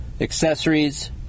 accessories